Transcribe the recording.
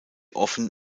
offen